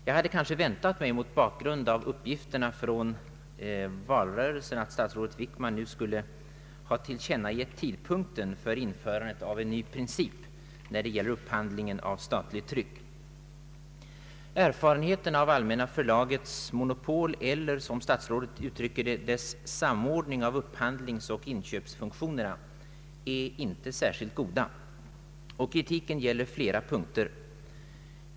Jag hade nog väntat mig, mot bakgrund av uppgifterna från valrörelsen, att statsrådet Wickman nu skulle ha tillkännagivit tidpunkten för införande av en ny princip när det gäller upphandlingen av statligt tryck. Erfarenheterna av Allmänna förlagets monopol eller, som statsrådet uttrycker det, dess ”samordning av upphandlingsoch inköpsfunktionerna” är inte särskilt goda. Kritiken gäller flera punkter.